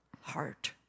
heart